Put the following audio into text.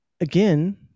again